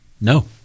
No